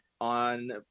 on